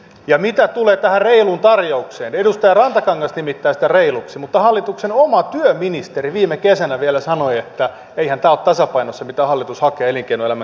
ja mitä tulee tähän reiluun tarjoukseen edustaja rantakangas nimittää sitä reiluksi mutta hallituksen oma työministeri viime kesänä vielä sanoi että eihän tämä ole tasapainossa mitä hallitus hakee ja elinkeinoelämänkin pitää tulla vastaan